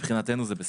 מבחינתנו זה בסדר.